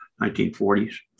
1940s